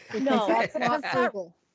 No